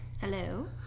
hello